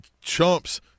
chumps